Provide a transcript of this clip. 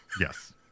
yes